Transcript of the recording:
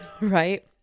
Right